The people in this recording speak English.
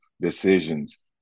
decisions